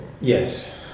Yes